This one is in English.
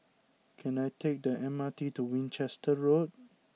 can I take the M R T to Winchester Road